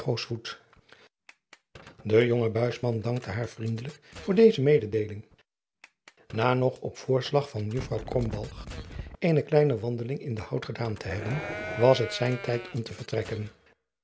de jonge buisman dankte haar vriendelijk voor deze mededeeling na nog op voorslag van juffr krombalg eene kleine wandeling in den hout gedaan te hebben was het zijn tijd om te vertrekken